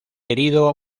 herido